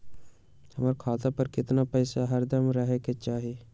हमरा खाता पर केतना पैसा हरदम रहे के चाहि?